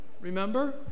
remember